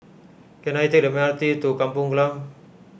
can I take the M R T to Kampung Glam